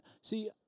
See